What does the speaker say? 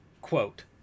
Quote